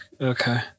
Okay